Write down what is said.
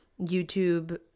YouTube